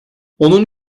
onun